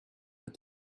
but